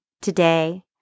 today